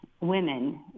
women